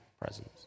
presence